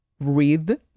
read